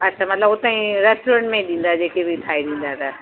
अच्छा मतलबु हुते ई रेस्टोरेंट में ॾींदा जेके बि ठाहींदा त